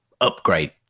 upgrade